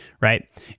right